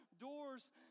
Doors